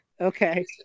Okay